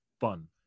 fun